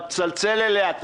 לכולם יש אישור ניהול תקין?